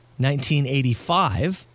1985